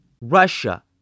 Russia